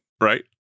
Right